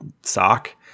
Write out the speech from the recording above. sock